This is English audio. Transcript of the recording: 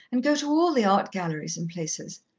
and go to all the art galleries and places.